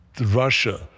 Russia